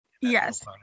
Yes